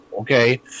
okay